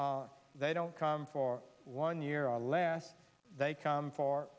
they don't come for one year or less they come for